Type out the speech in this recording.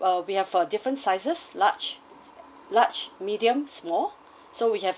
uh we have uh different sizes large large medium small so we have